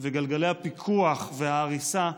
וגלגלי הפיקוח וההריסה,